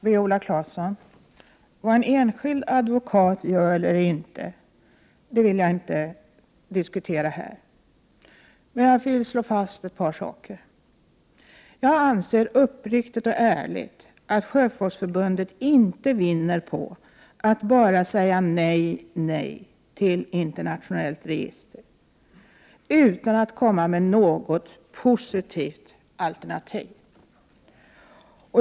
Herr talman! Jag vill inte här diskutera vad en enskild advokat gör eller inte gör, Viola Claesson. Jag vill slå fast ett par saker. Jag anser uppriktigt och ärligt att Sjöfolksförbundet inte vinner på att bara säga nej, nej till internationellt register utan att komma med något positivt alternativ.